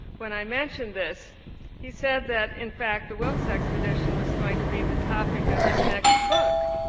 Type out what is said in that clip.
when i mentioned this he said that, in fact, the wilkes expedition was going to be the topic of his next book.